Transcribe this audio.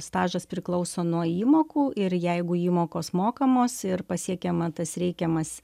stažas priklauso nuo įmokų ir jeigu įmokos mokamos ir pasiekiama tas reikiamas